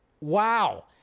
Wow